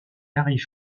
arrive